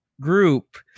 group